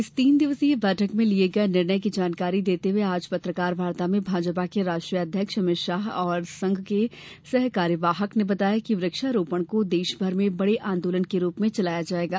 इस तीन दिवसीय बैठक में लिये गये निर्णय की जानकारी देते हुए आज पत्रकारवार्ता में भाजपा के राष्ट्रीय अध्यक्ष अमित शाह और संघ के सह कार्यवाह ने बताया कि वृक्षारोपण को देशभर में बड़े आंदोलन के रूप में चलाया जायेगा